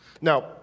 Now